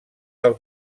del